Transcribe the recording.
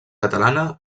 catalana